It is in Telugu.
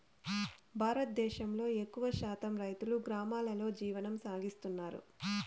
భారతదేశంలో ఎక్కువ శాతం రైతులు గ్రామాలలో జీవనం కొనసాగిస్తన్నారు